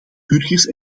burgers